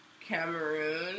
Cameroon